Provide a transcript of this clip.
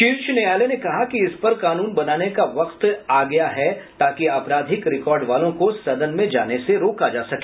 शीर्ष न्यायालय ने कहा कि इस पर कानून बनाने का वक्त आ गया है ताकि आपराधिक रिकॉर्ड वालों को सदन में जाने से रोका जा सके